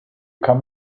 come